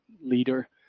leader